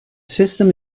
system